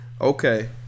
Okay